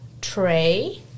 tray